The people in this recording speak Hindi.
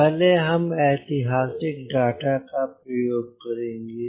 पहले हम ऐतिहासिक डाटा का प्रयोग करेंगे